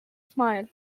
smile